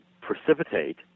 precipitate